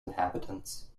inhabitants